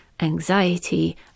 anxiety